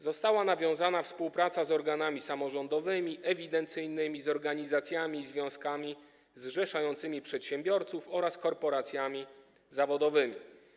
Została nawiązana współpraca z organami samorządowymi, ewidencyjnymi, z organizacjami i ze związkami zrzeszającymi przedsiębiorców oraz z korporacjami zawodowymi.